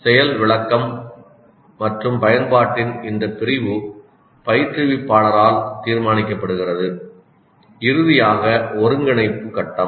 செயல் விளக்கம் மற்றும் பயன்பாட்டின் இந்த பிரிவு பயிற்றுவிப்பாளரால் தீர்மானிக்கப்படுகிறது இறுதியாக ஒருங்கிணைப்பு கட்டம்